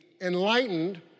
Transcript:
enlightened